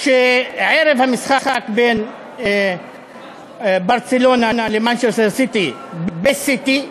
שערב המשחק בין "ברצלונה" ל"מנצ'סטר סיטי" ב"סיטי",